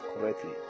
correctly